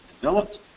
developed